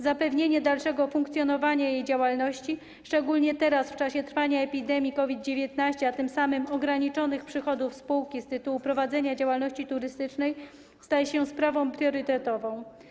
Zapewnienie dalszego funkcjonowania jej działalności, szczególnie teraz, w czasie trwania epidemii COVID-19, a tym samym ograniczonych przychodów spółki z tytułu prowadzenia działalności turystycznej, staje się sprawą priorytetową.